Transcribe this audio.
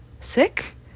Sick